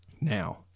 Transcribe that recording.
Now